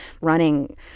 running